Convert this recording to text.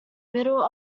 middle